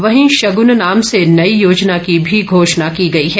वहीं शग्न नाम से नई योजना की भी घोषणा की गई है